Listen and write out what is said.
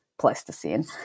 Pleistocene